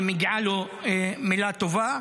ומגיעה לו מילה טובה,